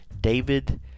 David